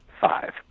five